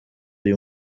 uyu